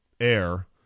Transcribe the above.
air